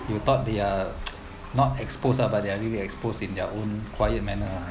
you thought they're not exposed ah but they are really exposed in their own quiet manner ah